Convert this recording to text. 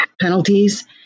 penalties